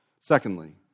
Secondly